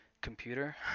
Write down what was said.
computer